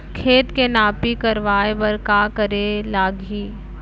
खेत के नापी करवाये बर का करे लागही?